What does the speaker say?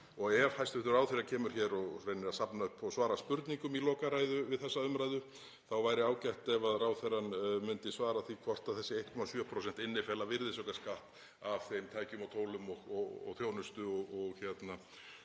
Ef hæstv. ráðherra kemur hér og reynir að safna upp og svara spurningum í lokaræðu við þessa umræðu væri ágætt ef ráðherrann myndi svara því hvort þessi 1,7% innifeli virðisaukaskatt af þeim tækjum og tólum og þjónustu og